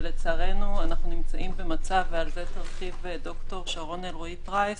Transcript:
ולצערנו אנחנו נמצאים במצב ועל זה תרחיב ד"ר שרון אלרעי פרייס